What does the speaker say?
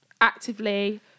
Actively